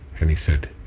and he said,